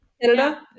Canada